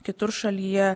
kitur šalyje